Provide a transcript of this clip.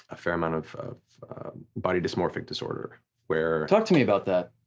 ah fair amount of body dysmorphic disorder where talk to me about that.